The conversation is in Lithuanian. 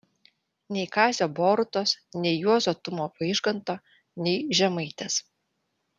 nei kazio borutos nei juozo tumo vaižganto nei žemaitės